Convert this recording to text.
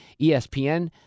ESPN